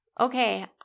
okay